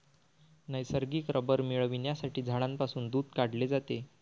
नैसर्गिक रबर मिळविण्यासाठी झाडांपासून दूध काढले जाते